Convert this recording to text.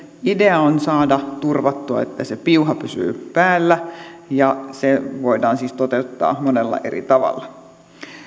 idea on saada turvattua että se piuha pysyy päällä ja se voidaan siis toteuttaa monella eri tavalla